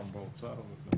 גם באוצר.